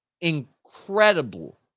incredible